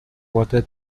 water